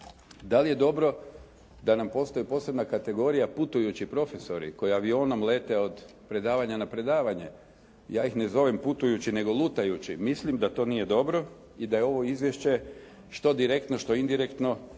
Da li je dobro da nam postoji posebna kategorija putujući profesori koji avionom lete od predavanja na predavanje? Ja ih ne zovem putujući, nego lutajući. Mislim da to nije dobro i da je ovo izvješće, što direktno, što indirektno